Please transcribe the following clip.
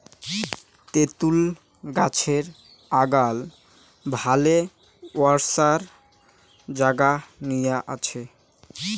তেতুল গছের আগাল ভালে ওসার জাগা নিয়া আছে